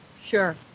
Sure